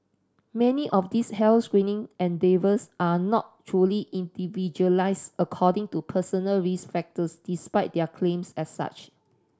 many of these health screening endeavours are not truly individualise according to personal risk factors despite their claims as such